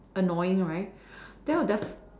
annoying right that would def~